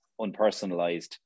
unpersonalized